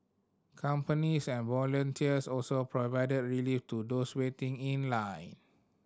companies and volunteers also provided relief to those waiting in line